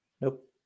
Nope